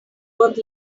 worth